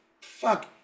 fuck